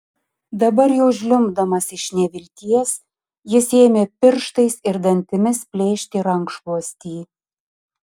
dabar jau žliumbdamas iš nevilties jis ėmė pirštais ir dantimis plėšti rankšluostį